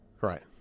Right